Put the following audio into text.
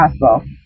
possible